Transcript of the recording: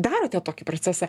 darote tokį procesą